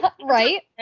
right